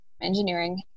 engineering